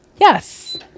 Yes